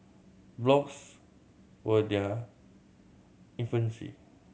blogs were their infancy